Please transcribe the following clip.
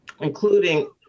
including